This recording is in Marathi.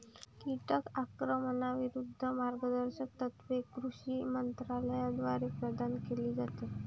कीटक आक्रमणाविरूद्ध मार्गदर्शक तत्त्वे कृषी मंत्रालयाद्वारे प्रदान केली जातात